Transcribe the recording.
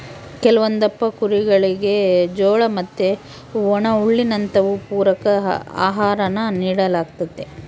ಕೆಲವೊಂದಪ್ಪ ಕುರಿಗುಳಿಗೆ ಜೋಳ ಮತ್ತೆ ಒಣಹುಲ್ಲಿನಂತವು ಪೂರಕ ಆಹಾರಾನ ನೀಡಲಾಗ್ತತೆ